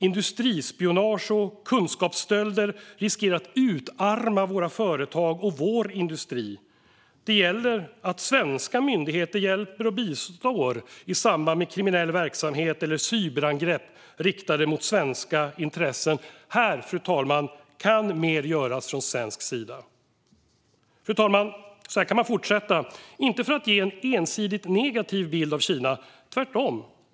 Industrispionage och kunskapsstölder riskerar att utarma våra företag och vår industri. Det gäller att svenska myndigheter hjälper och bistår i samband med kriminell verksamhet eller cyberangrepp riktade mot svenska intressen. Här kan mer göras från svensk sida. Fru talman! Så här kan man fortsätta. Jag säger det inte för att ge en ensidigt negativ bild av Kina utan tvärtom.